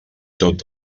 tot